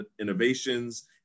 innovations